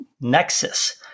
nexus